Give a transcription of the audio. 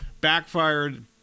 backfired